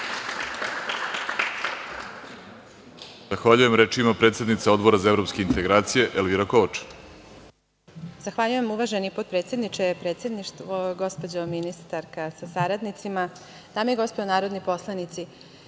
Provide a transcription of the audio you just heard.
Zahvaljujem. Reč ima predsednica Odbora za evropske integracije, Elvira Kovač. **Elvira Kovač** Zahvaljujem, uvaženi potpredsedniče. Predsedništvo, gospođo ministarka sa saradnicima, dame i gospodo narodni poslanici,